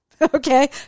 okay